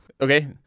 Okay